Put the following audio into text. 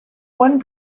one